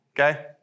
Okay